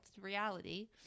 reality